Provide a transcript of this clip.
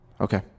Okay